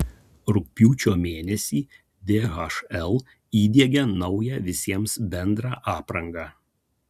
rugpjūčio mėnesį dhl įdiegia naują visiems bendrą aprangą